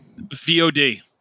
VOD